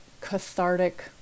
cathartic